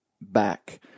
back